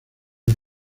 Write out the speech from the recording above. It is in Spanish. del